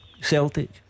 Celtic